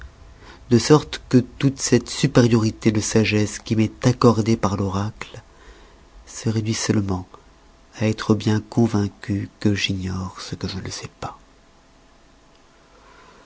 de sorte que toute cette supériorité de sagesse qui m'est accordée par l'oracle se réduit seulement à être bien convaincu que j'ignore ce que je ne sais pas